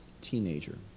teenager